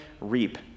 reap